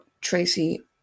Tracy